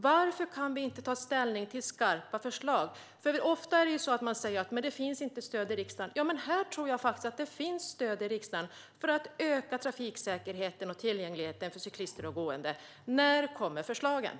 Varför kan vi inte ta ställning till skarpa förslag? Ofta säger man att det inte finns stöd i riksdagen. Men jag tror att det finns stöd i riksdagen för att öka trafiksäkerheten och tillgängligheten för cyklister och boende. När kommer förslagen?